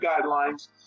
guidelines